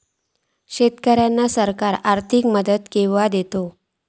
शेतकऱ्यांका सरकार आर्थिक मदत केवा दिता?